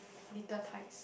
little tikes